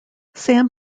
sam